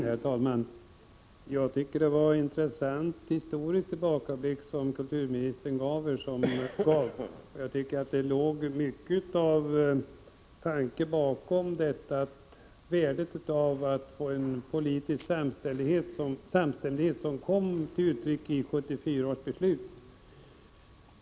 Herr talman! Jag tycker att det var en intressant historisk tillbakablick som kulturministern gav. Det låg mycken tanke bakom vad han sade om värdet av att få till stånd en politisk samstämmighet av det slag som kom till uttryck i 1974 års beslut.